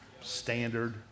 Standard